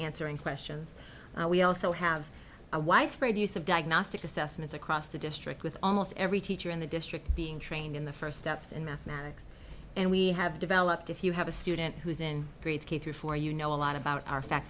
answering questions we also have a widespread use of diagnostic assessments across the district with almost every teacher in the district being trained in the first steps in mathematics and we have developed if you have a student who's in grades k through four you know a lot about our fact